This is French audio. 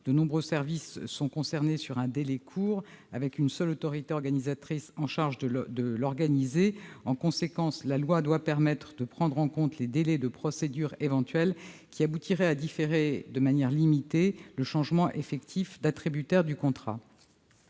De nombreux services sont concernés dans un délai court, avec une seule autorité organisatrice chargée de conduire le processus. En conséquence, la loi doit permettre de prendre en compte les éventuels délais de procédure qui aboutiraient à différer, de manière limitée, le changement effectif d'attributaire du contrat.